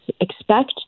expect